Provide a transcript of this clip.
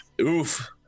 Oof